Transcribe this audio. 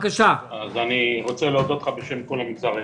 אני רוצה להודות לך בשם כל המגזר העסקי.